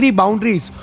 boundaries